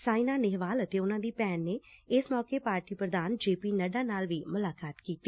ਸਾਇਨਾ ਨੇਹਵਾਲ ਅਤੇ ਉਨੂਾਂ ਦੀ ਭੈਣ ਨੇ ਇਸ ਮੌਕੇ ਪਾਰਟੀ ਪ੍ਧਾਨ ਜੇ ਪੀ ਨੱਡਾ ਨਾਲ ਵੀ ਮੁਲਾਕਾਤ ਕੀਤੀ